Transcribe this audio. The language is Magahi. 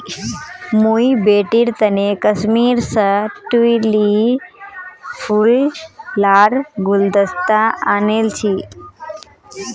मुई बेटीर तने कश्मीर स ट्यूलि फूल लार गुलदस्ता आनील छि